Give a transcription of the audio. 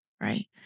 right